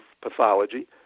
pathology